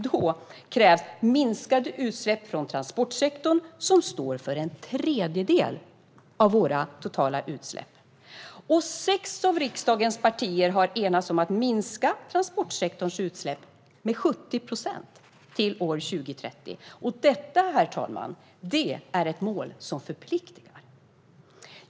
Då krävs det minskade utsläpp från transportsektorn, som står för en tredjedel av våra totala utsläpp. Sex av riksdagens partier har enats om att minska transportsektorns utsläpp med 70 procent till år 2030. Det är ett mål som förpliktar.